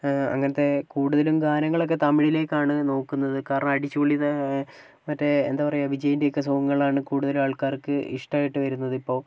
അങ്ങനത്തെ കൂടുതലും ഗാനങ്ങളൊക്കെ തമിഴിലേക്കാണ് നോക്കുന്നത് കാരണം അടിച്ചുപൊളിയുടെ മറ്റേ എന്താ പറയുക വിജയിന്റെ ഒക്കെ സോങ്ങുകളാണ് കൂടുതലും ആൾക്കാർക്ക് ഇഷ്ടമായിട്ട് വരുന്നത് ഇപ്പോൾ